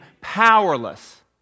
powerless